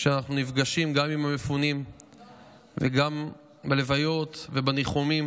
כשאנחנו נפגשים גם עם המפונים וגם בלוויות ובניחומים.